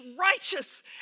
righteous